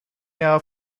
jahr